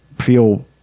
Feel